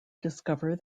discover